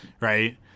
right